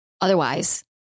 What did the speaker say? Otherwise